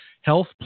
health